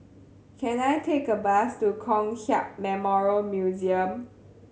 can I take a bus to Kong Hiap Memorial Museum